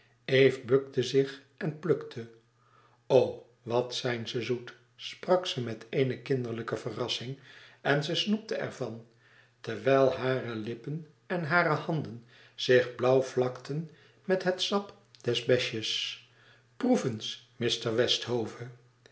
eve bukte zich en plukte o wat zijn ze zoet sprak ze met eene kinderlijke verrassing en ze snoepte er van terwijl hare lippen en hare handen zich blauw vlakten met het sap des besjes proef eens